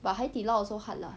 but 海底捞 also hard lah